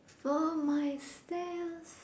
for myself